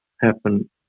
happen